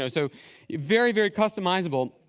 so so very, very customizable.